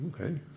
Okay